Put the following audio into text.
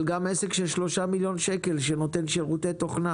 אבל גם עסק של 3 מיליון שקלים שנותן שירותי תוכנה